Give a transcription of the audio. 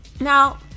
Now